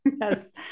yes